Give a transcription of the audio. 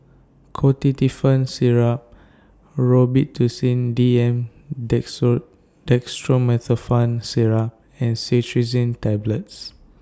Ketotifen Syrup Robitussin D M Dextromethorphan Syrup and Cetirizine Tablets